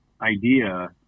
idea